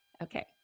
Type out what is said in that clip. Okay